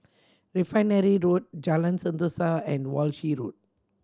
Refinery Road Jalan Sentosa and Walshe Road